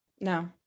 No